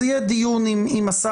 אז יהיה דיון עם השר.